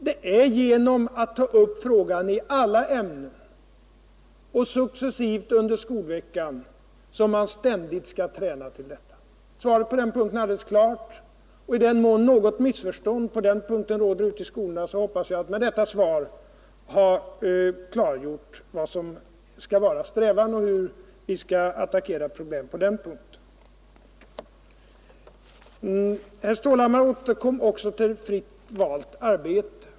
Det är genom att ta upp frågan i alla ämnen och successivt under skolveckan som man ständigt skall träna eleverna i det här avseendet. I den mån något missförstånd härom råder ute i skolorna så hoppas jag med detta svar ha klargjort vad som skall vara strävan och hur vi skall attackera problemet på den punkten. Herr Stålhammar återkom också till fritt valt arbete.